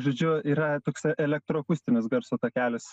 žodžiu yra toks elektroakustinis garso takelis